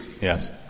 yes